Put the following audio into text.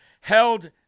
held